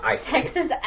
Texas